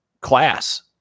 class